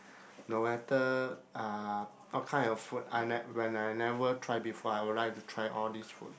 no matter uh what kind of food I when I never try before I would like to try all these food